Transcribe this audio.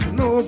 no